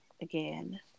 again